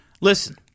listen